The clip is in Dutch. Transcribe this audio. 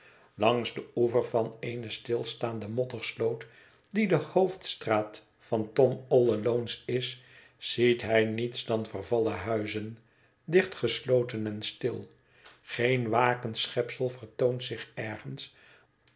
langs den oever van eene stilstaande moddersloot die de hoofdstraat van tom a alone's is ziet hij niets dan vervallene huizen dichtgesloten en stil geen wakend schepsel vertoont zich ergens